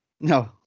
No